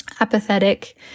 apathetic